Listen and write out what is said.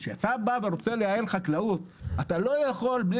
כשאתה בא ורוצה לייעל חקלאות - אתה לא יכול בלי